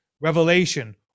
revelation